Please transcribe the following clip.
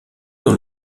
dans